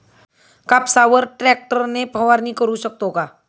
कापसावर ट्रॅक्टर ने फवारणी करु शकतो का?